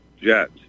jets